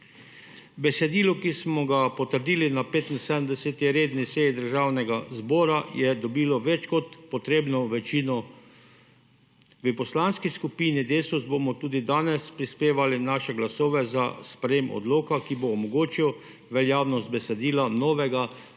Besedilo, ki smo ga potrdili na 75. redni seji Državnega zbora je dobilo več kot potrebno večino. V Poslanski skupini Desus bomo tudi danes prispevali naše glasove za sprejem odloka, ki bo omogočil veljavnost besedila novega